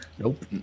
Nope